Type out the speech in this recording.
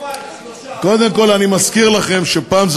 אגיד מדוע.